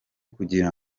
kugira